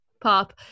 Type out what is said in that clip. Pop